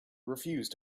refuse